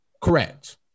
Correct